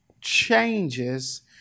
changes